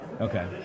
Okay